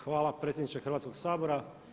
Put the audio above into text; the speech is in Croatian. Hvala predsjedniče Hrvatskog sabora.